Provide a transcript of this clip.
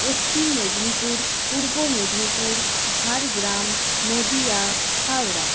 Paschim Medinipur Purba Medinipur Jhargram Nadia Howrah